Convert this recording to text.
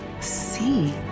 see